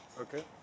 Okay